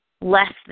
less